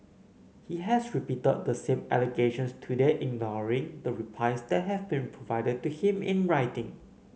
he has repeated the same allegations today ignoring the replies that have been provided to him in writing